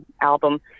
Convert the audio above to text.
album